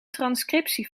transcriptie